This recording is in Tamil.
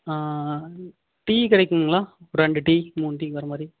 டீ கிடைக்குங்களா ரெண்டு டீ மூணு டீ வர மாதிரி